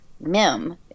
Mim